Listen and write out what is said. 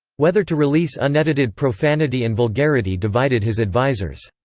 whether to release unedited profanity and vulgarity divided his advisers.